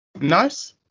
Nice